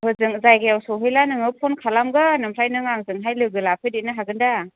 हजों जायगायाव सहैब्ला नोंनो फ'न खालामगोन ओमफ्राय नोङो आंजोंहाय लोगो लाफैदेरनो हागोनदा